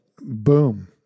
Boom